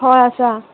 हय आसा